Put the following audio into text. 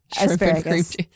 Asparagus